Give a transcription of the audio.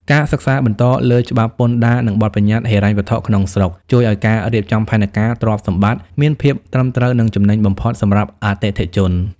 ការសិក្សាបន្តលើច្បាប់ពន្ធដារ និងបទបញ្ញត្តិហិរញ្ញវត្ថុក្នុងស្រុក ជួយឱ្យការរៀបចំផែនការទ្រព្យសម្បត្តិមានភាពត្រឹមត្រូវ និងចំណេញបំផុតសម្រាប់អតិថិជន។